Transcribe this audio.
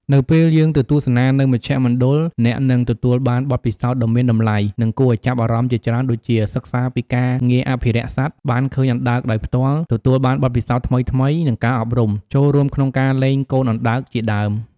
នៅពេលយើងទៅទស្សនានៅមជ្ឈមណ្ឌលអ្នកនឹងទទួលបានបទពិសោធន៍ដ៏មានតម្លៃ និងគួរឱ្យចាប់អារម្មណ៍ជាច្រើនដូចជា សិក្សាពីការងារអភិរក្សសត្វ បានឃើញអណ្ដើកដោយផ្ទាល់ ទទួលបានបទពិសោធន៍ថ្មីៗនឹងការអប់រំ ចូលរួមក្នុងការលែងកូនអណ្ដើកជាដើម ។